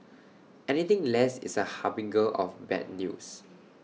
anything less is A harbinger of bad news